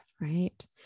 right